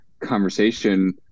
conversation